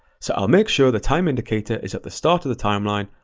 so i'll make sure the time indicator is at the start of the timeline,